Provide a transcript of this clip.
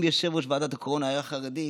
אם יושב-ראש ועדת הקורונה היה חרדי,